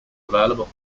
available